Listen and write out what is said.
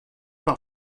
par